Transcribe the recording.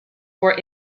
were